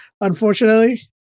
unfortunately